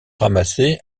ramasser